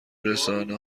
رسانه